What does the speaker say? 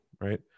right